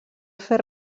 fer